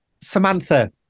Samantha